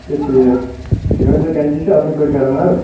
چھِ ٹھیٖک یہِ ؤنۍتو کٮ۪نچی چھُو اَصٕل پٲٹھۍ کران حظ